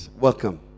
welcome